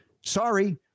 Sorry